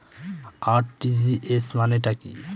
RTGS মানে টা কি?